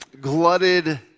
glutted